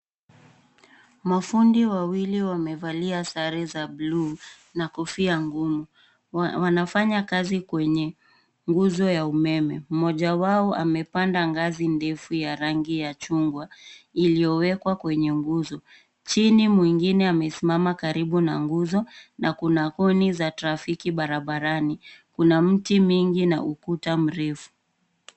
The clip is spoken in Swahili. Mafundi wawili wamevalia sare za buluu na kofia ngumu. Wanafanya kazi kwenye nguzo ya umeme. Mmoja wao amepanda ngazi ndefu ya rangi ya chungwa iliyowekwa kwenye nguzo. Chini mwingine amesimama karibu na nguzo na kuna koni za trafiki barabarani. Kuna mti mingi na ukuta mrefu.